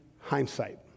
Hindsight